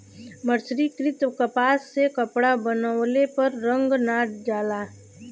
मर्सरीकृत कपास से कपड़ा बनवले पर रंग ना जाला